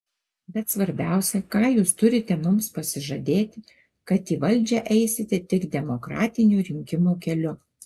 bet svarbiausia ką jūs turite mums pasižadėti kad į valdžią eisite tik demokratinių rinkimų keliu